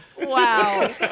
Wow